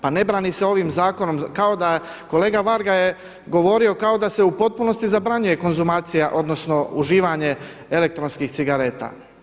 Pa ne brani se ovim zakonom kao da, kolega Varga je govorio kao da se u potpunosti zabranjuje konzumacija odnosno uživanje elektronskih cigareta.